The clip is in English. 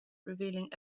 revealing